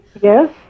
yes